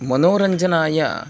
मनोरञ्जनाय